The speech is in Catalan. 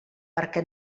perquè